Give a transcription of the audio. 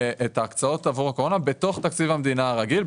ההקצאות עבור הקורונה בתוך תקציב המדינה הרגיל,